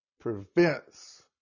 Prevents